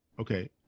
Okay